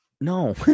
no